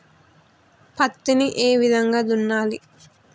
పత్తిని ఏ విధంగా దున్నాలి?